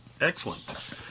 Excellent